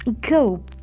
go